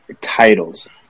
titles